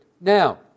Now